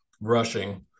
rushing